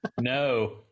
No